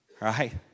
right